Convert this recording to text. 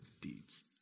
deeds